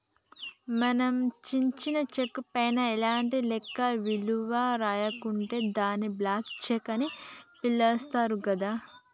మనం చించిన చెక్కు పైన ఎలాంటి లెక్క విలువ రాయకుంటే దాన్ని బ్లాంక్ చెక్కు అని పిలుత్తారు గదా